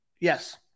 Yes